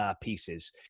pieces